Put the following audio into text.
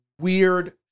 weird